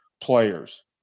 players